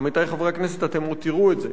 עמיתי חברי הכנסת, אתם עוד תראו את זה.